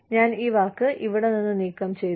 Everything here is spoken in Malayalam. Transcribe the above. ഞാൻ ഈ വാക്ക് ഇവിടെ നിന്ന് നീക്കം ചെയ്യും